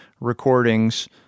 recordings